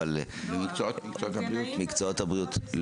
מקצועות הבריאות.